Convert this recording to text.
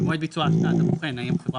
ומועד ביצוע השקעות הבוחן האם החברה